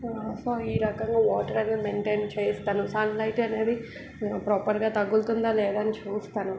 so ఈ రకంగా water అనేది మెయిన్టైన్ చేస్తాను సన్ లైట్ అనేది ప్రాపర్గా తగులుతుందా లేదా అని చూస్తాను